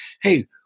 hey